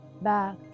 Back